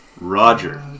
roger